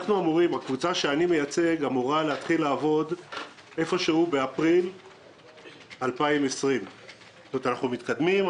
הקבוצה שאני מייצג אמורה להתחיל לעבוד באפריל 2020. אנחנו מתקדמים,